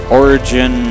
origin